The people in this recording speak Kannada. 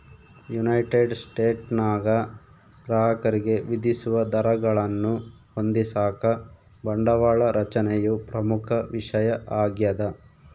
ಯುನೈಟೆಡ್ ಸ್ಟೇಟ್ಸ್ನಾಗ ಗ್ರಾಹಕರಿಗೆ ವಿಧಿಸುವ ದರಗಳನ್ನು ಹೊಂದಿಸಾಕ ಬಂಡವಾಳ ರಚನೆಯು ಪ್ರಮುಖ ವಿಷಯ ಆಗ್ಯದ